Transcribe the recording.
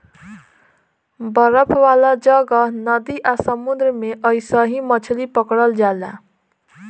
बरफ वाला जगह, नदी आ समुंद्र में अइसही मछली पकड़ल जाला